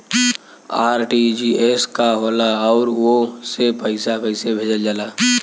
RTGS का होला आउरओ से पईसा कइसे भेजल जला?